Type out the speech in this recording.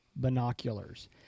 binoculars